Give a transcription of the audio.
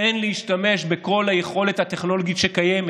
כן להשתמש בכל היכולת הטכנולוגית שקיימת,